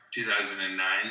2009